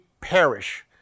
perish